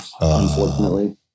unfortunately